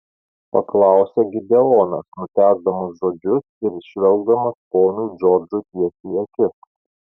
paklausė gideonas nutęsdamas žodžius ir žvelgdamas ponui džordžui tiesiai į akis